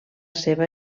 seva